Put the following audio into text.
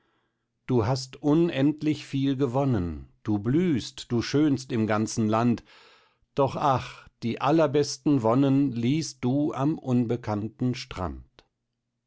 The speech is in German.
du hast unendlich viel gewonnen du blühst die schönst im ganzen land doch ach die allerbesten wonnen ließ'st du am unbekannten strand